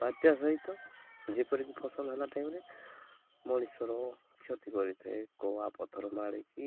ବାତ୍ୟା ସହିତ ଯେପରିକି ଫସଲ ହେଲା ଟାଇମ୍ରେ ମଣିଷର କ୍ଷତି କରିଥାଏ କୁଆପଥର ମାରିକି